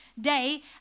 day